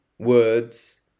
words